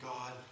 God